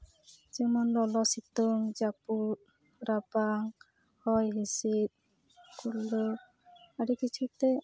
ᱡᱮᱢᱚᱱ ᱞᱚᱞᱚ ᱥᱤᱛᱩᱝ ᱡᱟᱹᱯᱩᱫ ᱨᱟᱵᱟᱝ ᱦᱚᱭ ᱦᱤᱸᱥᱤᱫ ᱠᱩᱲᱦᱟᱹ ᱟᱹᱰᱤ ᱠᱤᱪᱷᱩᱛᱮ